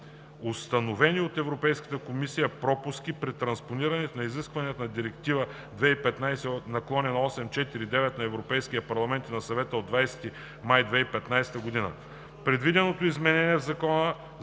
установени от Европейската комисия пропуски при транспониране на изискванията на Директива 2015/849 на Европейския парламент и на Съвета от 20 май 2015 година. Предвиденото изменение в Закона